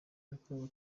yakorewe